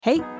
Hey